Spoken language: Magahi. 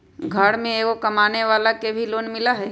घर में एगो कमानेवाला के भी लोन मिलहई?